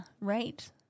right